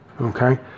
okay